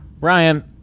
Ryan